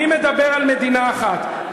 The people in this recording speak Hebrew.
מי מדבר על מדינה אחת?